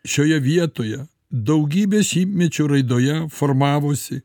šioje vietoje daugybės šimtmečių raidoje formavosi